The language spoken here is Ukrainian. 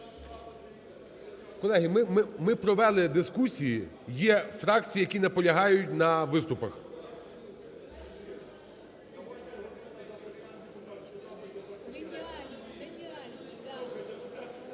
Колеги, ми провели дискусії. Є фракції, які наполягають на виступах.